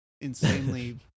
insanely